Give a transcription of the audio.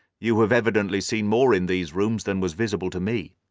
you have evidently seen more in these rooms than was visible to me.